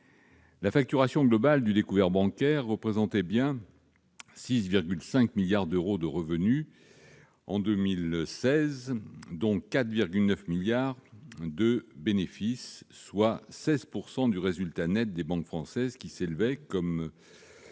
La facturation globale du découvert bancaire représentait bien 6,5 milliards d'euros de revenus en 2016, dont 4,9 milliards d'euros de bénéfices, soit 16 % du résultat net des banques françaises, qui s'élevait à